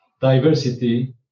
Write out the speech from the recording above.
diversity